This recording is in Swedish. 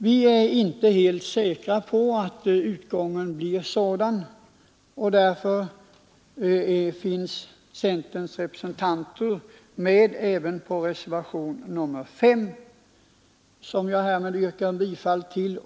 Vi är inte helt säkra på att utgången av förhandlingarna blir sådan, och därför har centerns representanter i utskottet anslutit sig även till reservationen 5, som jag härmed yrkar bifall till.